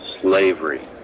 slavery